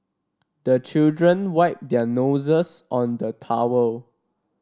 the children wipe their noses on the towel